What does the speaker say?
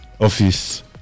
office